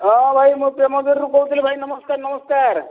ହଁ ଭାଇ ମୁଁ ପ୍ରେମଝୋରରୁ କହୁଥିଲି ଭାଇ ନମସ୍କାର ନମସ୍କାର